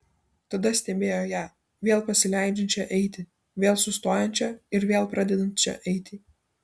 tada stebėjo ją vėl pasileidžiančią eiti vėl sustojančią ir vėl pradedančią eiti